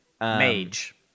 Mage